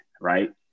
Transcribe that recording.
right